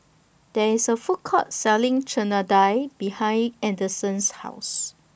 There IS A Food Court Selling Chana Dal behind Anderson's House